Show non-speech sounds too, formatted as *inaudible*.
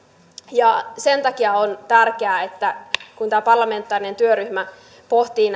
sen takia on tärkeää että kun tämä parlamentaarinen työryhmä pohtii *unintelligible*